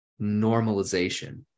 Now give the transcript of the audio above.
normalization